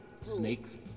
snakes